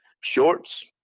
shorts